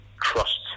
trust